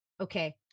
Okay